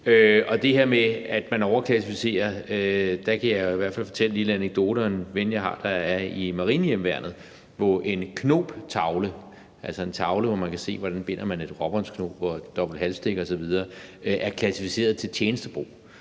til det her med, at man overklassificerer, kan jeg i hvert fald fortælle en lille anekdote om en ven, jeg har, der er i marinehjemmeværnet, hvor en knobtavle – altså en tavle, hvor man kan se, hvordan man binder et råbåndsknob og et dobbelt halstik osv. – er klassificeret til tjenestebrug.